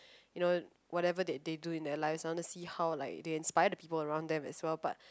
you know whatever they they do in your life they want to see how like they inspired the people around them as well